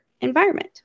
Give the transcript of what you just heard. environment